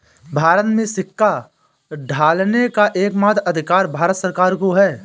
भारत में सिक्का ढालने का एकमात्र अधिकार भारत सरकार को है